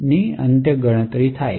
ના અંતે ગણતરી થયેલ છે